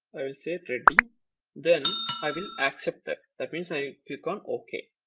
reddy then i will accept that. that means i click on ok